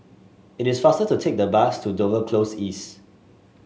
it is faster to take the bus to Dover Close East